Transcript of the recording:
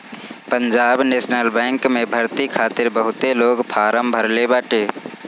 Punjab national bank में भर्ती खातिर बहुते लोग फारम भरले बाटे